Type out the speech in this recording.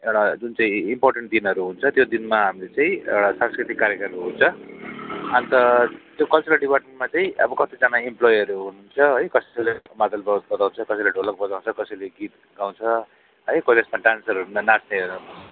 एउटा जुन चाहिँ इन्पोर्टेन्ट दिनहरू हुन्छ त्यो दिनमा हामीले चाहिँ एउटा सांस्कृतिक कार्यक्रम हुन्छ अन्त त्यो कल्चरल डिपार्टमेन्टमा चाहिँ अब कतिजना इम्प्लोइहरू हनुहुन्छ है कसैले मादल ब बजाउँछ कसैलो ढोलक बजाउँछ कसैले गीत गाउँछ है कोही त्यसमा डान्सरहरू नाच्नेहरू